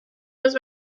was